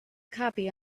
copy